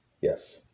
Yes